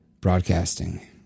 broadcasting